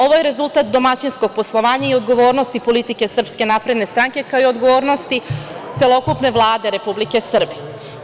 Ovo je rezultat domaćinskog poslovanja i odgovornosti politike SNS, kao i odgovornosti celokupne Vlade Republike Srbije.